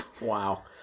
Wow